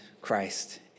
Christ